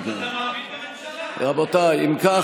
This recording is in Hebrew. אם כך,